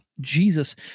jesus